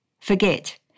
Forget